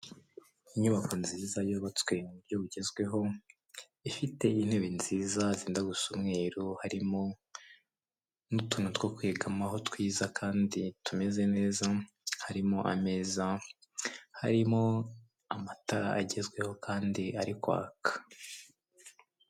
Inyubako nziza yubatswe mu buryo bugezweho, ifite intebe nziza zenda gusa umweru, harimo n'utuntu two kwigamaho twiza kandi tumeze neza, harimo ameza, harimo amatara agezweho kandi ari kwaka.